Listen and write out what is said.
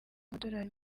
amadolari